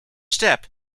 step